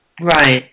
Right